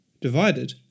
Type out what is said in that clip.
divided